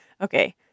Okay